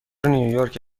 نیویورک